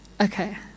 Okay